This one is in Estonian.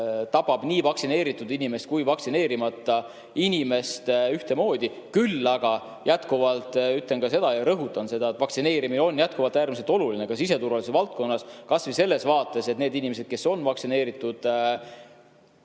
tabab vaktsineeritud inimest ja vaktsineerimata inimest ühtemoodi. Küll aga ma ütlen jätkuvalt ja rõhutan seda, et vaktsineerimine on äärmiselt oluline ka siseturvalisuse valdkonnas kas või sellepärast, et need inimesed, kes on vaktsineeritud,